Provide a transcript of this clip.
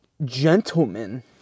Gentlemen